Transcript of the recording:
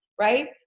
right